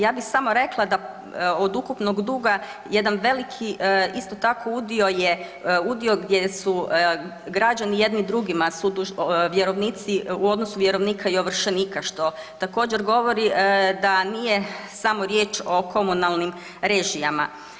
Ovaj, ja bi samo rekla da od ukupnog duga jedan veliki isto tako udio je udio gdje su građani jedni drugi vjerovnici u odnosu vjerovnika i ovršenika, što također govori da nije samo riječ o komunalnim režijama.